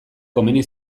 komeni